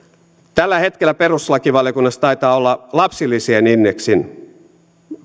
tällä hetkellä perustuslakivaliokunnassa taitaa olla lapsilisien indeksin